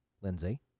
Lindsay